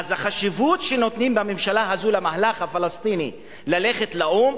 אז החשיבות שנותנים בממשלה הזו למהלך הפלסטיני ללכת לאו"ם,